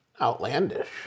outlandish